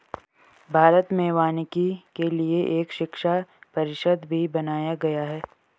भारत में वानिकी के लिए एक शिक्षा परिषद भी बनाया गया है